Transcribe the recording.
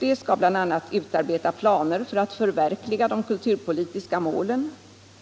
Det skall bl.a. utarbeta planer för att förverkliga de kulturpolitiska målen,